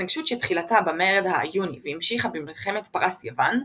התנגשות שתחילתה במרד האיוני והמשכה במלחמת פרס–יוון,